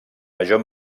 major